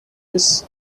his